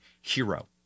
hero